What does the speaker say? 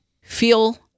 feel